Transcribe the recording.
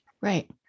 right